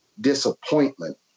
disappointment